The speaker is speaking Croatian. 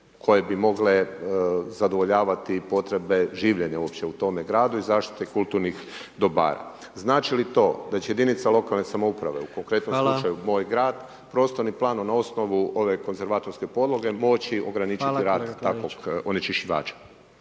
koje bi mogle zadovoljavati potrebe življenja uopće u tome gradu i zaštite kulturnih dobara. Znači li to će jedinice lokalne samouprave, u konkretnom slučaju, moj grad, prostorni plan, na osnovu ove konzervatorske podloge, moći ograničiti rad takvog onečišćivača?